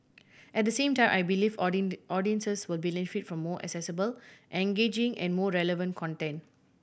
at the same time I believe audiences will benefit from more accessible engaging and more relevant content